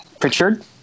Pritchard